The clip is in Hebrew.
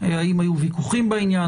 האם היו ויכוחים בעניין,